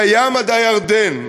מהים עד הירדן,